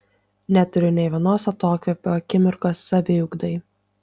neturiu ne vienos atokvėpio akimirkos saviugdai